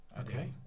Okay